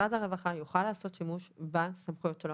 שמשרד הרווחה יוכל לעשות שימוש בסמכויות שלו.